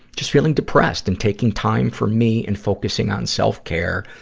just feeling depressed and taking time for me and focusing on self-care,